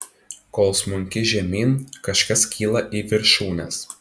kol smunki žemyn kažkas kyla į viršūnes